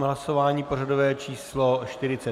Hlasování pořadové číslo 45.